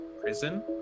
Prison